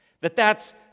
That—that's